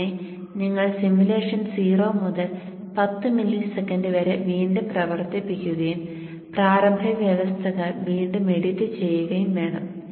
അങ്ങനെ നിങ്ങൾ സിമുലേഷൻ 0 മുതൽ 10 മില്ലിസെക്കൻഡ് വരെ വീണ്ടും പ്രവർത്തിപ്പിക്കുകയും പ്രാരംഭ വ്യവസ്ഥകൾ വീണ്ടും എഡിറ്റ് ചെയ്യുകയും വേണം